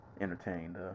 entertained